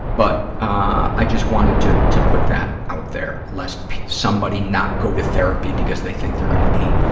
but i just wanted to to put that out there, lest somebody not go to therapy because they think they're going to be